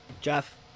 Jeff